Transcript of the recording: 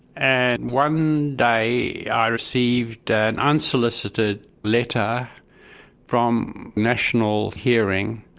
and one day i received an unsolicited letter from national hearing,